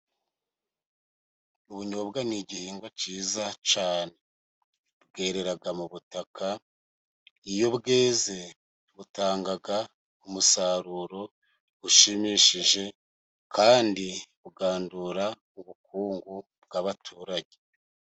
Ubunyobwa ni igihingwa cyiza cyane bwerera mu butaka, iyo bweze butanga umusaruro ushimishije, kandi bugandura ubukungu bw'abaturage.